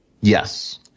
Yes